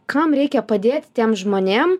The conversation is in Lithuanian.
kam reikia padėti tiem žmonėm